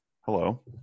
hello